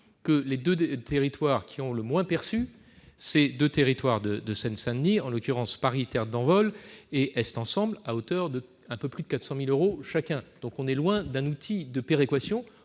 Et les deux territoires qui ont le moins perçu sont deux territoires de la Seine-Saint-Denis : Paris Terres d'Envol et Est Ensemble, à hauteur d'un peu plus de 400 000 euros chacun. On est donc loin d'un outil de péréquation.